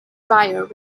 drier